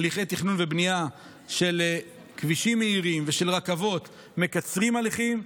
הליכי תכנון ובנייה של כבישים מהירים ושל רכבות מקצרים הליכים,